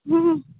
हुँ